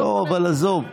לא, אבל עזוב.